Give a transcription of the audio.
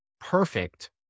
perfect